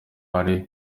ari